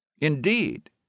Indeed